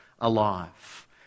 alive